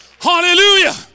Hallelujah